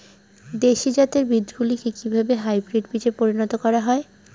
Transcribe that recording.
দেশি জাতের বীজগুলিকে কিভাবে হাইব্রিড বীজে পরিণত করা হয়?